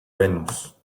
venus